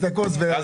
יש סכו"ם מעץ,